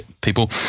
people